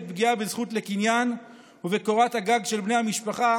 פגיעה בזכות לקניין ובקורת הגג של בני המשפחה